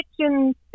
kitchen